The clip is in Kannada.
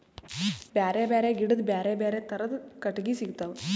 ಬ್ಯಾರೆ ಬ್ಯಾರೆ ಗಿಡದ್ ಬ್ಯಾರೆ ಬ್ಯಾರೆ ಥರದ್ ಕಟ್ಟಗಿ ಸಿಗ್ತವ್